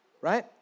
right